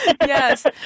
Yes